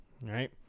Right